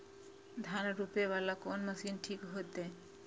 धान रोपे वाला कोन मशीन ठीक होते?